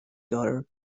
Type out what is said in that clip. daughter